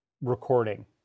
recording